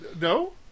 No